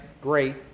great